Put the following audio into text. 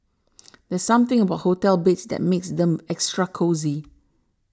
there's something about hotel beds that makes them extra cosy